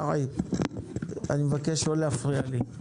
קרעי, אני מבקש לא להפריע לי.